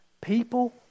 people